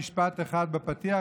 את זה רק במשפט אחד בפתיח,